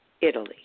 Italy